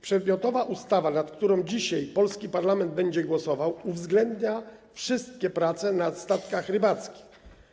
Przedmiotowa ustawa, nad którą dzisiaj polski parlament będzie głosował, uwzględnia wszystkie prace na statkach rybackich.